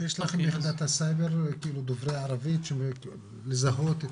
יש לכם ביחידת הסייבר דוברי ערבית לזהות את